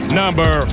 number